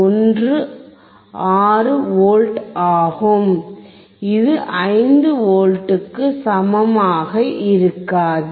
16 ஆகும் இது 5 V க்கு சமமாக இருக்காது